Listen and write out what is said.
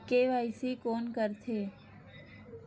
KYC कोन करथे?